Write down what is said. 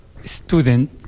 student